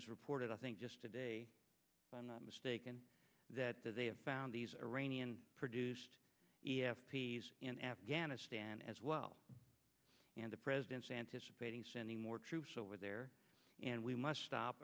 was reported i think just today i'm not mistaken that they have found these iranian produced e f t s in afghanistan as well and the president's anticipating sending more troops over there and we must stop